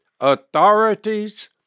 authorities